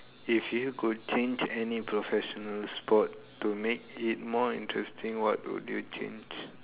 if you could change any professional sport to make it more interesting what would you change